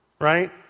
right